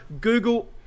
Google